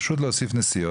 פשוט להוסיף נסיעות,